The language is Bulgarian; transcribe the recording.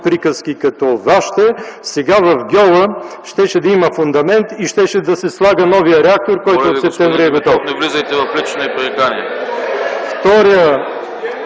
приказки като вашите, сега в гьола щеше да има фундамент и щеше да се слага новият реактор, който през септември е готов.